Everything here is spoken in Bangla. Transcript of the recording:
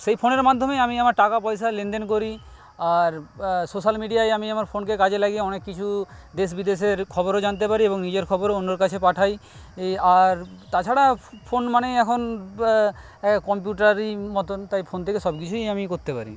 সেই ফোনের মাধ্যমেই আমি টাকা পয়সার লেনদেন করি আর সোশ্যাল মিডিয়ায় আমি আমার ফোনকে কাজে লাগিয়ে অনেক কিছু দেশ বিদেশের খবরও জানতে পারি এবং নিজের খবরও অন্যের কাছে পাঠাই এই আর তাছাড়া ফোন মানেই এখন কম্পিউটারই মতোন তাই ফোন থেকে সব কিছুই আমি করতে পারি